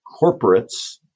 corporates